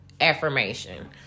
affirmation